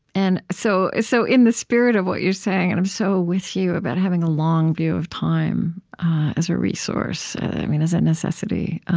and so so in the spirit of what you're saying, and i'm so with you about having a long view of time as a resource i mean as a necessity,